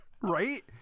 right